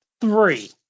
three